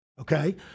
Okay